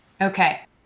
Okay